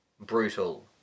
Brutal